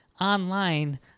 online